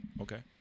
Okay